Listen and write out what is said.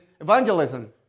evangelism